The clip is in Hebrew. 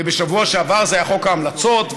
ובשבוע שעבר זה היה חוק ההמלצות,